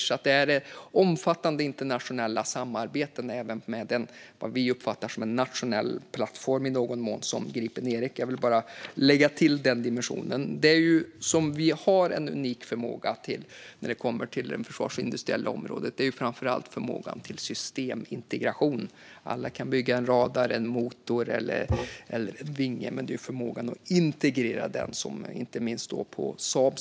Det handlar alltså om omfattande internationella samarbeten även med det som vi uppfattar som en i någon mån nationell plattform som Gripen E. Jag ville bara lägga till den dimensionen. Det vi har en unik förmåga till på det försvarsindustriella området gäller framför allt förmågan till systemintegration. Alla kan bygga en radar, en motor eller en vinge, men det är förmågan att integrera dessa som man har inte minst på Saab.